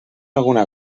alguna